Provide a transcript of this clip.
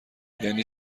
یعنی